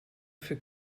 für